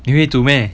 你会煮 meh